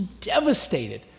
devastated